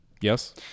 yes